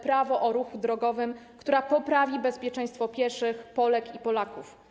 Prawo o ruchu drogowym, która poprawi bezpieczeństwo pieszych Polek i Polaków.